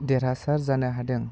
देरहासार जानो हादों